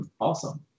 awesome